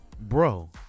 Bro